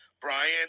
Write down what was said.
Brian